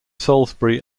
salisbury